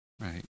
Right